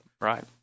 Right